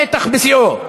המתח בשיאו.